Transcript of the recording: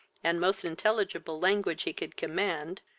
and most intelligible language he could command,